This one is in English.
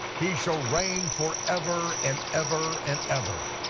he shall reign for ever and ever and ever.